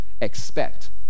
expect